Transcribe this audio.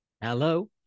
Hello